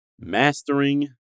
Mastering